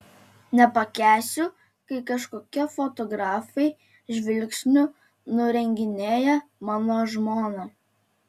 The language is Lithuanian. nepakęsiu kai kažkokie fotografai žvilgsniu nurenginėja mano žmoną